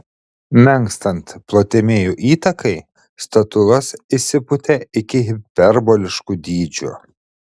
menkstant ptolemėjų įtakai statulos išsipūtė iki hiperboliškų dydžių